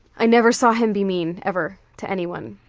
i never saw him be mean, ever, to anyone.